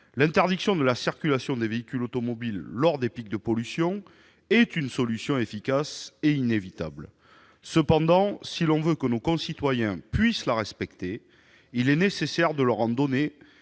L'interdiction de la circulation des véhicules automobiles lors des pics de pollution est une solution efficace et inévitable. Cependant, si l'on veut que nos concitoyens puissent la respecter, il est nécessaire de leur en donner